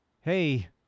hey